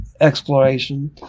exploration